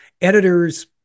editors